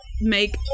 make